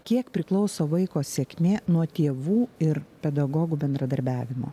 kiek priklauso vaiko sėkmė nuo tėvų ir pedagogų bendradarbiavimo